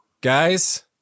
Guys